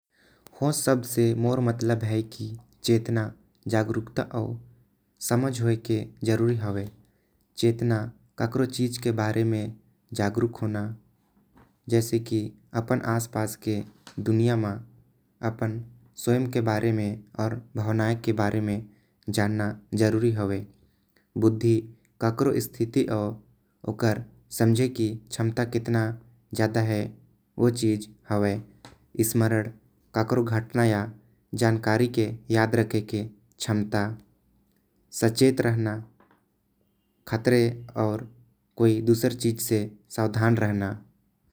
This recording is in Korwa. चेतना अउ सब से मोर मतलब हवे की चेतना जागरूकता अउ। समझ होएके जरुरी होथे चेतना ककरो चीज के बारे में जागरूक होना। जैसे अपन आसपास के दुनिया मा स्वयं के अउ। भावना आसपास के बारे में जानना जरुरी हवे बुद्धि ककरो स्थिति अउ। ओकर समझें की क्षमता कितनी हवे स्मरण ककरो अउ। घटना के याद रखे के क्षमता और खतरे अउ। दूसरी चीज से सावधान रहना।